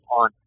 on